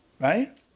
Right